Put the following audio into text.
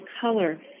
color